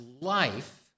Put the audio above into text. life